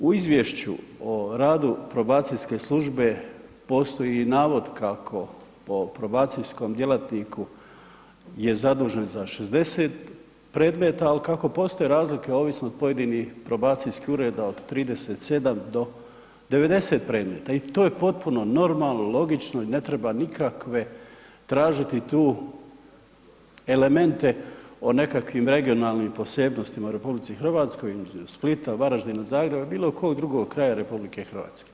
U izvješću o radu probacijske službe postoji navod kako po probacijskom djelatniku je zadužen za 60 predmeta, al kako postoje razlike ovisno od pojedinih probacijskih ureda od 37 do 90 predmeta i to je potpuno normalno, logično i ne treba nikakve tražiti tu elemente o nekakvim regionalnim posebnostima u RH između Splita, Varaždina, Zagreba ili bilo kog drugog kraja RH.